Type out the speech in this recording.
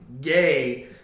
gay